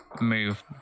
move